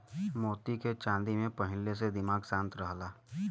मोती के चांदी में पहिनले से दिमाग शांत रहला